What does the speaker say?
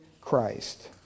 Christ